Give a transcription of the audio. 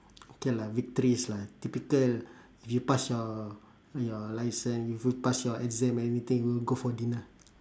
okay lah victories lah typical if you pass your your license if you pass your exam or anything go for dinner